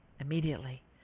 Immediately